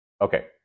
Okay